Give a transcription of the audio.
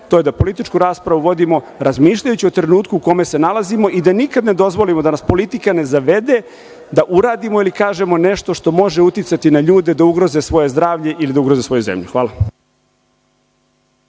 to je da političku raspravu vodimo razmišljajući o trenutku u kome se nalazimo i da nikad ne dozvolimo da nas politika ne zavede da uradimo ili kažemo nešto što može uticati na ljude da ugroze svoje zdravlje ili da ugroze svoju zemlju. Hvala.